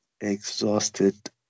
exhausted